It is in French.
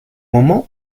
moment